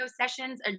sessions